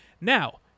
Now